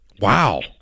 wow